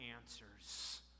answers